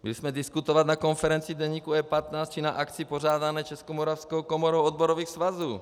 Byli jsme diskutovat na konferenci deníku E15 či na akci pořádané Českomoravskou komorou odborových svazů.